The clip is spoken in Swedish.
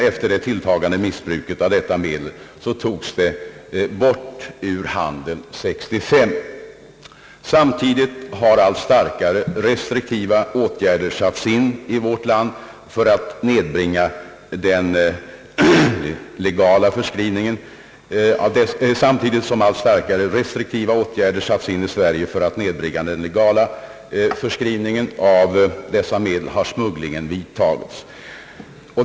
Efter det tilltagande missbruket av detta medel togs det bort ur handeln 19635. Samtidigt som allt starkare restriktiva åtgärder satts in i vårt land för att nedbringa den legala förskrivningen av detta medel har smugglingen tilltagit.